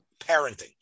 parenting